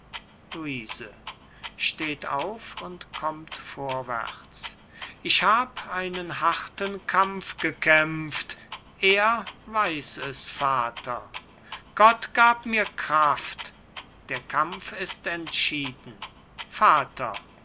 vorwärts ich hab einen harten kampf gekämpft er weiß es vater gott gab mir kraft der kampf ist entschieden vater